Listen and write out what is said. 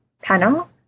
panel